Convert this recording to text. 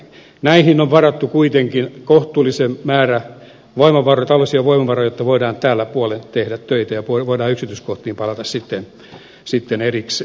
näihin on varattu kuitenkin kohtuullinen määrä tällaisia voimavaroja jotta voidaan tällä puolen tehdä töitä ja voimme yksityiskohtiin palata sitten erikseen